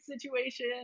Situation